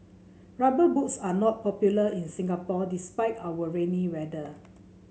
rubber boots are not popular in Singapore despite our rainy weather